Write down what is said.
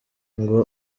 ngo